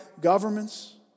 governments